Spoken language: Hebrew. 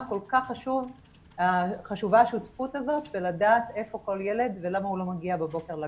כל כך חשובה השותפות הזאת ולדעת איפה כל ילד ולמה הוא לא מגיע בבוקר לגן.